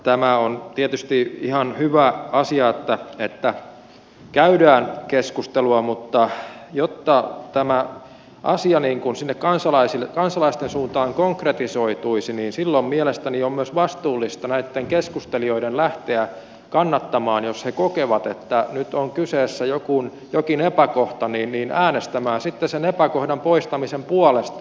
tämä on tietysti ihan hyvä asia että käydään keskustelua mutta jotta tämä asia sinne kansalaisten suuntaan konkretisoituisi niin silloin mielestäni on myös vastuullista näitten keskustelijoiden jos he kokevat että nyt on kyseessä jokin epäkohta lähteä äänestämään sen epäkohdan poistamisen puolesta